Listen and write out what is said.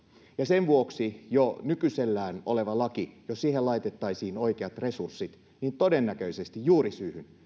ja sen vuoksi jo nykyisellään olevalla lailla jos siihen laitettaisiin oikeat resurssit todennäköisesti juurisyyhyn